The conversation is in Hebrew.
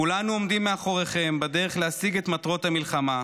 כולנו עומדים מאחוריכם בדרך להשיג את מטרות המלחמה,